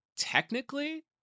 technically